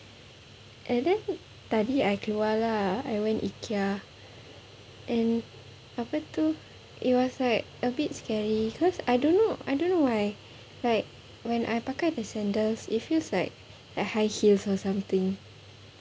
and then tadi I keluar lah I went ikea and apa tu it was like a bit scary cause I don't know I don't know why like when I pakai the sandals it feels like like high heels or something